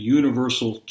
universal